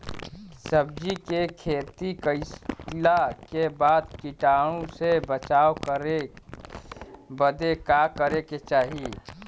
सब्जी के खेती कइला के बाद कीटाणु से बचाव करे बदे का करे के चाही?